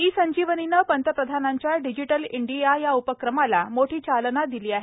E संजीवनीने पंतप्रधानांच्या digital India या उपक्रमाला मोठी चालना दिली आहे